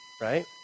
Right